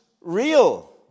real